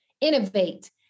innovate